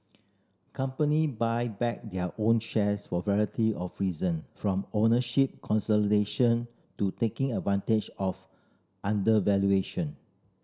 company buy back their own shares for variety of reason from ownership consolidation to taking advantage of undervaluation